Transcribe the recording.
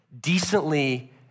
decently